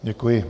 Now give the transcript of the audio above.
Děkuji.